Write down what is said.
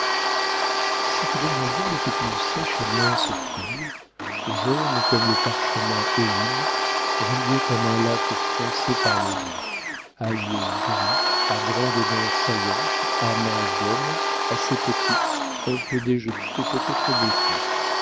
cette demoiselle était une sèche et mince fille jaune comme le parchemin d'un olim ridée comme un lac froncé par le vent à yeux gris à grandes dents saillantes à mains d'homme assez petite un peu déjetée et peut-être bossue